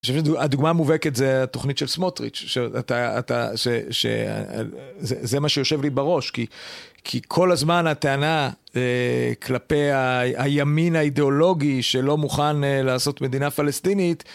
אני חושב שהדוגמה המובהקת זו התוכנית של סמוטריץ', שאתה, שזה מה שיושב לי בראש, כי כל הזמן הטענה כלפי הימין האידיאולוגי שלא מוכן לעשות מדינה פלסטינית,